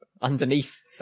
underneath